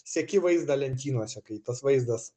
seki vaizdą lentynose kai tas vaizdas